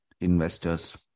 investors